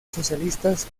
socialistas